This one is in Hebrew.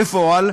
בפועל,